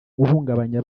guhungabanya